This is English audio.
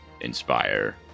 inspire